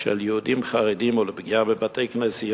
של יהודים חרדים ולפגיעה בבתי-כנסיות,